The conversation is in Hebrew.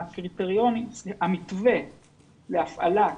המתווה להפעלת